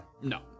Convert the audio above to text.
No